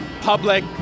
public